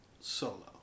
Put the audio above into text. solo